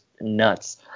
nuts